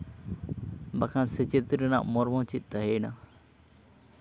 ᱵᱟᱠᱷᱟᱱ ᱥᱮᱪᱮᱫ ᱨᱮᱱᱟᱜ ᱢᱚᱨᱢᱚ ᱪᱮᱫ ᱛᱟᱦᱮᱸᱭᱮᱱᱟ